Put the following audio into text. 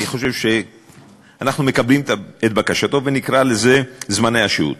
אני חושב שאנחנו מקבלים את בקשתו ונקרא לזה זמני השהות.